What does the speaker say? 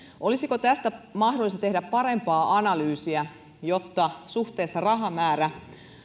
olisiko tästä mahdollista tehdä parempaa analyysiä jotta suhteessa rahamäärä